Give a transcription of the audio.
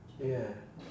yeah